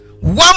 one